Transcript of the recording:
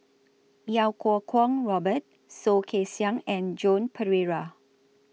Iau Kuo Kwong Robert Soh Kay Siang and Joan Pereira